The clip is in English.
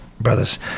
brothers